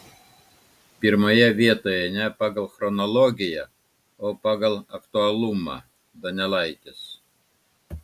pirmoje vietoje ne pagal chronologiją o pagal aktualumą donelaitis